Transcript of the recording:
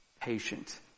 patient